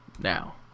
now